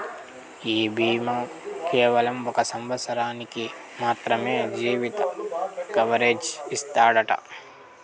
ఈ బీమా కేవలం ఒక సంవత్సరానికి మాత్రమే జీవిత కవరేజ్ ఇస్తాదట